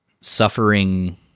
suffering